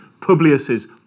Publius's